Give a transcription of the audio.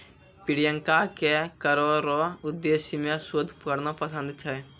प्रियंका के करो रो उद्देश्य मे शोध करना पसंद छै